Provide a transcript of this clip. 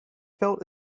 felt